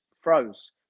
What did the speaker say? froze